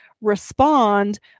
respond